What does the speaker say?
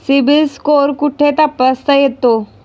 CIBIL score कुठे तपासता येतो?